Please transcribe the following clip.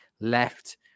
left